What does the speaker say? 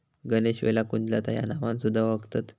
गणेशवेलाक कुंजलता ह्या नावान सुध्दा वोळखतत